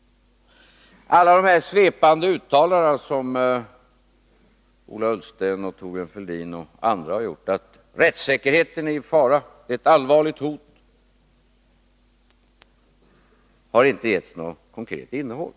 Alla de svepande uttalanden som Ola Ullsten, Thorbjörn Fälldin och andra gjort om att detta är ett allvarligt hot mot rättssäkerheten, att rättssäkerheten nu är i fara, har inte givits något konkret innehåll.